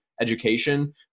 education